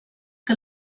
que